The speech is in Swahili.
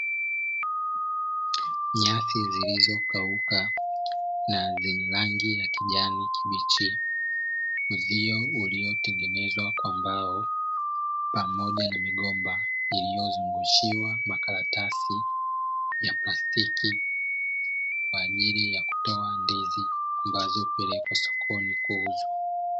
Nyasi zilizokauka na zenye rangi ya kijani kibichi uzio ulitengenezwa kwa mbao pamoja na migomba iliyozungushiwa makaratasi ya plastiki, kwaajili ya kutoa ndizi ambazo hupelekwa sokoni kuuzwa.